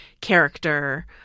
character